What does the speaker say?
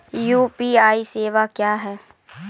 UPI सेवा क्या हैं?